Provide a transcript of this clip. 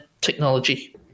technology